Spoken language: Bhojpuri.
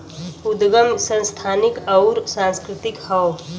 उदगम संस्थानिक अउर सांस्कृतिक हौ